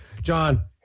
John